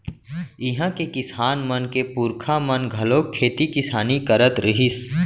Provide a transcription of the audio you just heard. इहां के किसान मन के पूरखा मन घलोक खेती किसानी करत रिहिस